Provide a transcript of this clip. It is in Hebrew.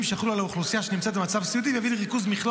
שיחולו על האוכלוסייה שנמצאת במצב סיעודי להביא לריכוז מכלול